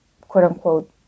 quote-unquote